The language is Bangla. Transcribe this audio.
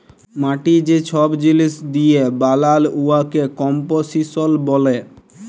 মাটি যে ছব জিলিস দিঁয়ে বালাল উয়াকে কম্পসিশল ব্যলে